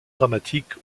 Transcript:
dramatique